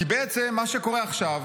כי בעצם מה שקורה עכשיו